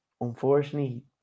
unfortunately